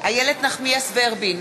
איילת נחמיאס ורבין,